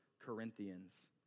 Corinthians